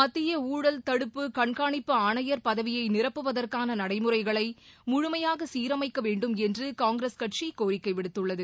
மத்தியமைழல் தடுப்பு கண்காணிப்பு ஆணையர் பதவியைநிரப்புவதற்கானநடைமுறைகளைமுழுமையாகசீரமைக்கவேண்டும் என்றுகாங்கிரஸ் கட்சிகோரிக்கைவிடுத்துள்ளது